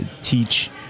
teach